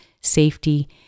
safety